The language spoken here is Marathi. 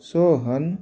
सोहन